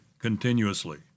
continuously